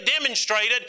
demonstrated